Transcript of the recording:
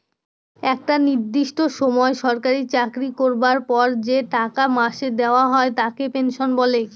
একটা নির্দিষ্ট সময় সরকারি চাকরি করবার পর যে টাকা মাসে দেওয়া হয় তাকে পেনশন বলে